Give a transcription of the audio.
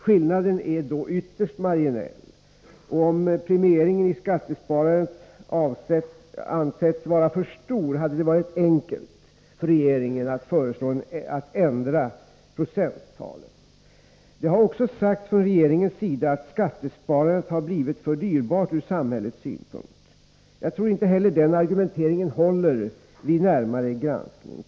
Skillnaden är ytterst marginell, och om premieringen i skattesparandet ansetts vara för stor hade det varit enkelt för regeringen att ändra procenttalen. Det har också sagts från regeringens sida att skattesparandet har blivit för dyrbart ur samhällets synpunkt. Jag tror inte heller att den argumenteringen håller vid närmare granskning.